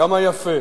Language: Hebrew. כמה יפה,